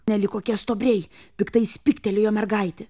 nelyg kokie stuobriai piktais spigtelėjo mergaitė